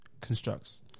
constructs